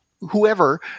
whoever